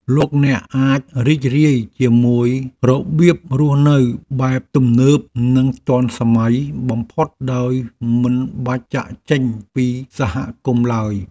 លោកអ្នកអាចរីករាយជាមួយរបៀបរស់នៅបែបទំនើបនិងទាន់សម័យបំផុតដោយមិនបាច់ចាកចេញពីសហគមន៍ឡើយ។